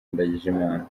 ndagijimana